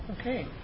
Okay